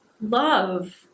love